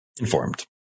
informed